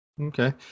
okay